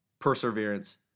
perseverance